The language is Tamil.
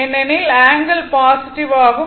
ஏனெனில் ஆங்கிள் பாசிட்டிவ் ஆகும்